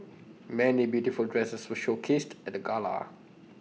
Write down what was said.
many beautiful dresses were showcased at the gala